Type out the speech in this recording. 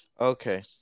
okay